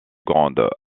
grandes